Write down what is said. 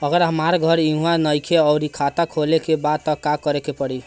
अगर हमार घर इहवा नईखे आउर खाता खोले के बा त का करे के पड़ी?